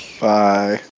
Bye